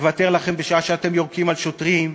נוותר לכם בשעה שאתם יורקים על שוטרים.